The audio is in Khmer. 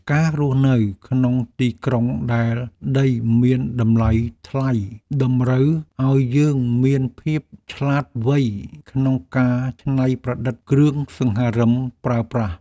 ការរស់នៅក្នុងទីក្រុងដែលដីមានតម្លៃថ្លៃតម្រូវឱ្យយើងមានភាពឆ្លាតវៃក្នុងការច្នៃប្រឌិតគ្រឿងសង្ហារិមប្រើប្រាស់។